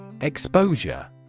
Exposure